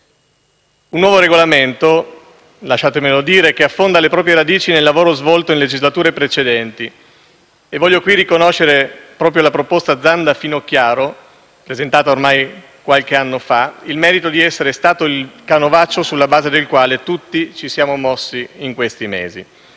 Un nuovo Regolamento - lasciatemelo dire - che affonda le proprie radici nel lavoro svolto in legislature precedenti. Voglio qui riconoscere proprio alla proposta Zanda-Finocchiaro, presentata ormai qualche anno fa, il merito di essere stato il canovaccio sulla base del quale tutti ci siamo mossi in questi mesi.